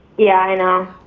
yeah, i know.